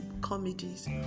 comedies